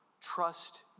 trust